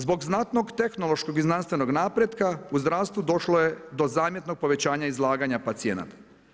Zbog znatnog tehnološkog i znanstvenog napretka u zdravstvu došlo je do zamjetnog povećanja izlaganja pacijenata.